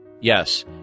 Yes